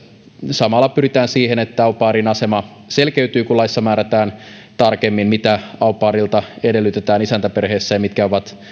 samalla pyritään siihen että au pairin asema selkeytyy kun laissa määrätään tarkemmin mitä au pairilta edellytetään isäntäperheessä ja mitkä ovat